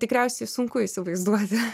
tikriausiai sunku įsivaizduoti